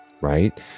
right